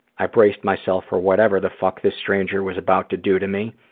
i braced myself for whatever the fuck this stranger was about to do to me.